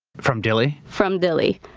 from dilley? from dilley.